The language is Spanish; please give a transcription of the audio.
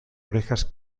orejas